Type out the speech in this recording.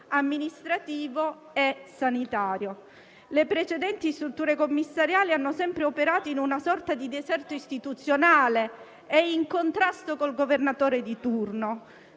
amministrativo e sanitario. Le precedenti strutture commissariali hanno sempre operato in una sorta di deserto istituzionale e in contrasto con il Governatore di turno,